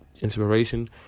inspiration